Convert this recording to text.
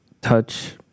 touch